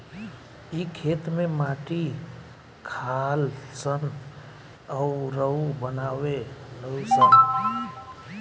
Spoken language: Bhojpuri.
इ खेत में माटी खालऽ सन अउरऊ बनावे लऽ सन